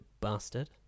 bastard